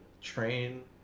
train